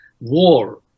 war